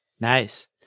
Nice